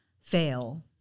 fail